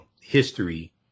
history